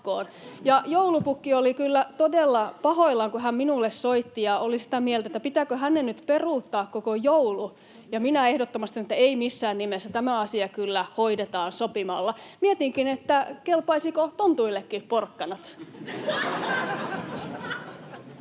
Joulupukki oli kyllä todella pahoillaan, kun hän minulle soitti, ja oli sitä mieltä, että pitääkö hänen nyt peruuttaa koko joulu. Minä ehdottomasti sanoin, että ei missään nimessä, tämä asia kyllä hoidetaan sopimalla. Mietinkin, että kelpaisivatko tontuillekin porkkanat.